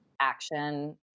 action